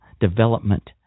development